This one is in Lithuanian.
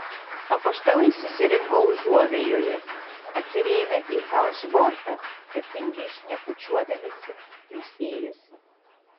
apaštalai susirinko užuovėjoje atsirėmę į falšbortą ir tingiai šnekučiuodamiesi ilsėjosi